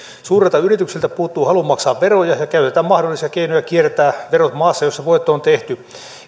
suurilta yrityksiltä puuttuu halu maksaa veroja ja käytetään mahdollisia keinoja kiertää verot maassa jossa voitto on tehty